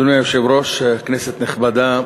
17). אדוני היושב-ראש, כנסת נכבדה,